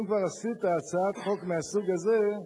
אם כבר עשית הצעת חוק מהסוג הזה,